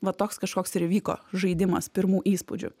va toks kažkoks ir vyko žaidimas pirmų įspūdžių